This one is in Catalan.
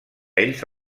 ells